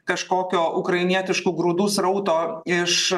kažkokio ukrainietiškų grūdų srauto iš